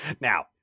Now